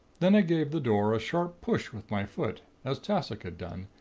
then i gave the door a sharp push with my foot, as tassoc had done,